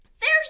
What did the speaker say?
There's